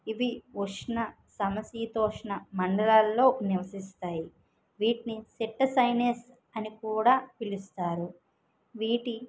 ఇవి ఉష్ణ సమ శీతోష్ణ మండలాల్లో నివసిస్తాయి వీటిని సిట్ట సైనెస్ అని కూడా పిలుస్తారు వీటి